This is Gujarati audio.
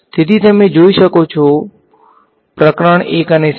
તેથી તમે જોઈ શકો છો તેથી પ્રકરણ 1 અને 7